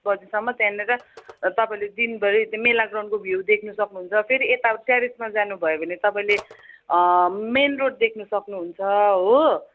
बजेसम्म त्यहाँनिर तपाईँले दिनभरी मेला ग्राउन्डको भ्यू देख्नु सक्नुहुन्छ फेरि यता ट्यारिसमा जानुभयो भने तपाईँले मेन रोड देख्नु सक्नुहुन्छ हो